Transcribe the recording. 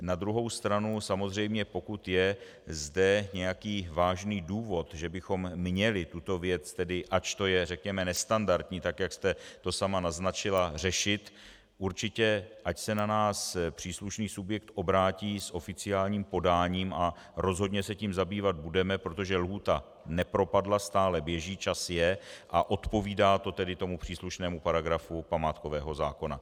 Na druhou stranu samozřejmě pokud je zde nějaký vážný důvod, že bychom měli tuto věc tedy ač to je, řekněme, nestandardní, jak jste to sama naznačila řešit, ať se na nás určitě příslušný subjekt obrátí s oficiálním podáním a rozhodně se tím zabývat budeme, protože lhůta nepropadla, stále běží, čas je a odpovídá to příslušnému paragrafu památkového zákona.